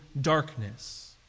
darkness